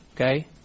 Okay